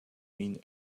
mean